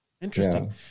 Interesting